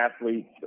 athletes